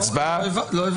רוויזיה מס' 1,